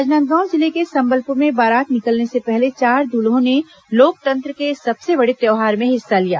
राजनांदगांव जिले के संबलपुर में बारात निकलने से पहले चार दूल्हों ने लोकतंत्र के इस सबसे बड़े त्यौहार में हिस्सा लिया